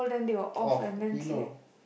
off he know